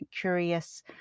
curious